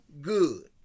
good